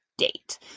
date